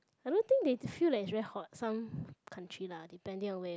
I don't think they feel like it's very hot some country lah depending on where